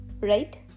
right